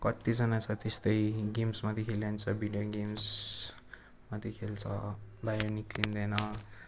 कतिजना छ त्यस्तै गेम्स मात्रै खेलिरहन्छ भिडियो गेम्स मात्रै खेल्छ बाहिर निस्कँदैन